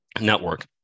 network